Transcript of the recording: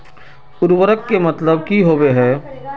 उर्वरक के मतलब की होबे है?